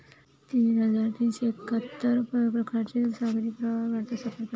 तीन हजार तीनशे एक्काहत्तर प्रकारचे सागरी प्रवाह भारतात सापडतात